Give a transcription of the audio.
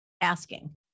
asking